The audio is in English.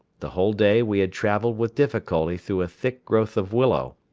the whole day we had traveled with difficulty through a thick growth of willow,